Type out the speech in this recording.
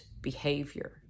behavior